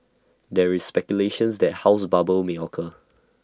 there is speculations that house bubble may occur